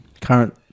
current